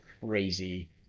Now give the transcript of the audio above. crazy –